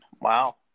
Wow